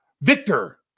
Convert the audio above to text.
Victor